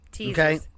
Okay